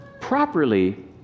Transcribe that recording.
properly